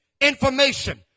information